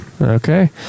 okay